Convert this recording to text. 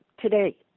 today